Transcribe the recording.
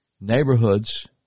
neighborhoods